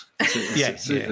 Yes